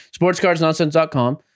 sportscardsnonsense.com